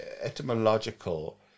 etymological